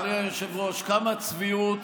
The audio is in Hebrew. אדוני היושב-ראש, כמה צביעות